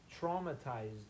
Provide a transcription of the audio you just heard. traumatized